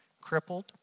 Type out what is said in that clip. crippled